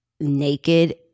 naked